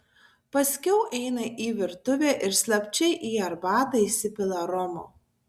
paskiau eina į virtuvę ir slapčia į arbatą įsipila romo